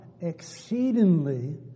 Exceedingly